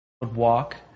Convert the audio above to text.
Walk